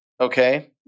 okay